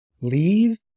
leave